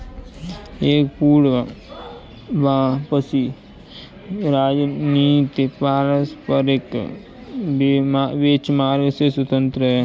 एक पूर्ण वापसी रणनीति पारंपरिक बेंचमार्क से स्वतंत्र हैं